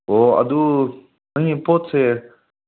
ꯑꯣ ꯑꯗꯨ ꯅꯪꯒꯤ ꯄꯣꯠꯁꯦ